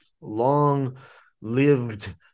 long-lived